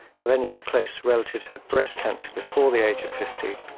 have any of your close relatives had breast cancer before the age of fifty?